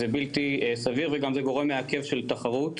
זה בלתי סביר וזה גם גורם מעכב של תחרות.